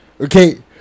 Okay